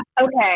Okay